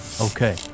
Okay